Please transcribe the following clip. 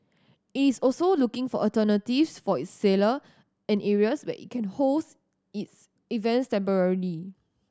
it's also looking for alternatives for its sailor and areas where it can holds its events temporarily